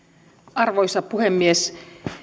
arvoisa puhemies